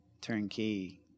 turnkey